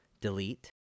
delete